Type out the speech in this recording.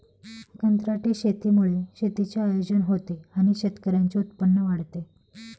कंत्राटी शेतीमुळे शेतीचे आयोजन होते आणि शेतकऱ्यांचे उत्पन्न वाढते